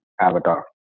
avatar